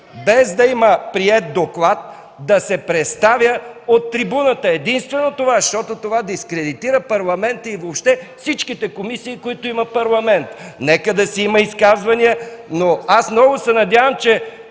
без да има приет доклад, да се представя от трибуната – единствено това, защото това дискредитира Парламента и въобще всичките комисии, които има Парламентът. Нека да си има изказвания. Аз много се надявам, че